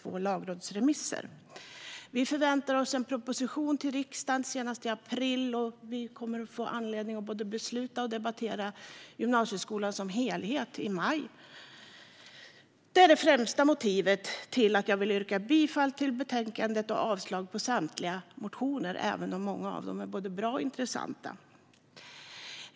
Vi förväntar oss en proposition till riksdagen senast i april, och vi kommer att få anledning att både debattera och besluta om gymnasieskolan som helhet i maj. Det är det främsta motivet till att jag vill yrka bifall till utskottets förslag till beslut och avslag på samtliga motioner, även om många av dem är både bra och intressanta.